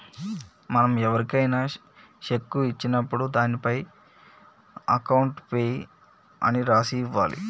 మనం ఎవరికైనా శెక్కు ఇచ్చినప్పుడు దానిపైన అకౌంట్ పేయీ అని రాసి ఇవ్వాలి